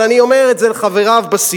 אבל אני אומר את זה לחבריו בסיעה,